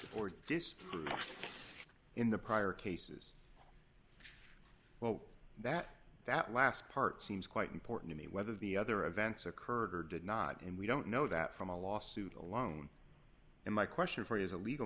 dispute in the prior cases well that that last part seems quite important to me whether the other events occurred or did not and we don't know that from a lawsuit alone and my question for you as a legal